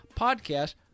podcast